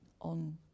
on